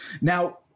Now